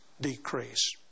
decrease